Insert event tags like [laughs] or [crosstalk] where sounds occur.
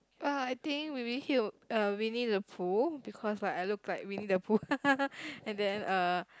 well I think maybe he uh Winnie-the-Pooh because I I look like Winnie-the-Pooh [laughs] and then uh